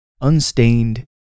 unstained